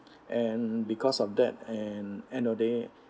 and because of that and end of the day